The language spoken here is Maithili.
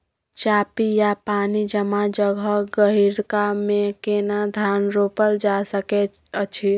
चापि या पानी जमा जगह, गहिरका मे केना धान रोपल जा सकै अछि?